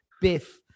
Biff